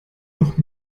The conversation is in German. noch